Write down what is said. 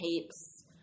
tapes